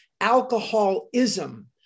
Alcoholism